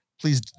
please